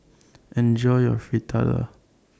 Enjoy your Fritada